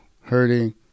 hurting